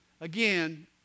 Again